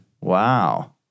Wow